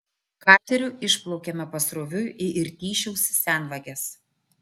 kateriu išplaukėme pasroviui į irtyšiaus senvages